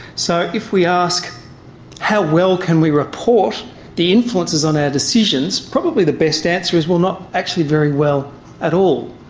so if we ask how well can we report the influences on our decisions, probably the best answer is well not actually very well at all.